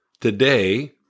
today